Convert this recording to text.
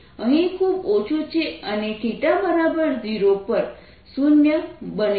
અહીં ખૂબ ઓછું છે અહીં ખૂબ ઓછું છે અને 0 પર શૂન્ય બને છે